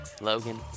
logan